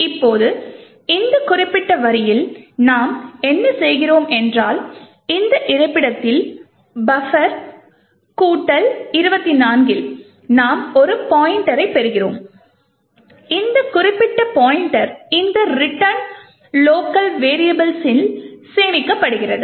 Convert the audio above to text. இப்போது இந்த குறிப்பிட்ட வரியில் நாம் என்ன செய்கிறோம் என்றால் இந்த இருப்பிடத்தில் பஃபர் கூட்டல் 24 இல் நாம் ஒரு பாய்ண்ட்டரை பெறுகிறோம் இந்த குறிப்பிட்ட பாய்ண்ட்டர் இந்த ரிட்டர்ன் லோக்கல் வெரியபுள்ஸில் சேமிக்கப்படுகிறது